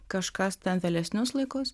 kažkas ten vėlesnius laikus